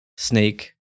snake